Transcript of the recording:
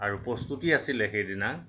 আৰু প্ৰস্তুতি আছিলে সেইদিনা